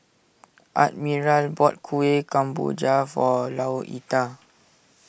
Admiral bought Kuih Kemboja for Louetta